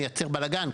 מייצר בלגן.